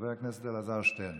חבר הכנסת אלעזר שטרן.